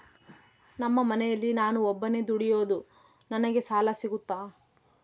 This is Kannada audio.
ನಮ್ಮ ಮನೆಯಲ್ಲಿ ನಾನು ಒಬ್ಬನೇ ದುಡಿಯೋದು ನನಗೆ ಸಾಲ ಸಿಗುತ್ತಾ?